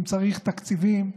אם צריך תקציבים,